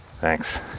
Thanks